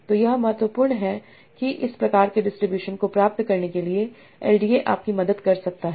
तो यह महत्वपूर्ण है कि इस प्रकार के डिस्ट्रीब्यूशन को प्राप्त करने के लिए एलडीए आपकी मदद कर सकता है